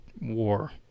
war